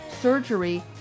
surgery